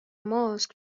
ماسک